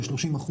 30%,